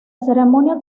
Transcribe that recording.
ceremonia